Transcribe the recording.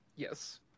Yes